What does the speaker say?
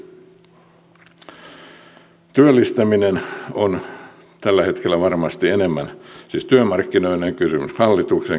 työllistäminen on tällä hetkellä varmasti enemmän siis työmarkkinoiden kysymys kuin hallituksen kysymys